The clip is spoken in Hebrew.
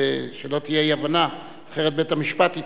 שלא תהיה אי-הבנה, אחרת בית-המשפט יתערב.